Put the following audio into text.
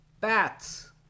bats